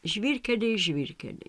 žvyrkeliai žvyrkeliai